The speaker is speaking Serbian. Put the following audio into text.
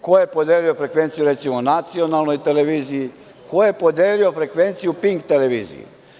Ko je podelio frekvencije, recimo nacionalnoj televiziji, ko je podelio frekvenciju PINK televiziji?